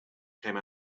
came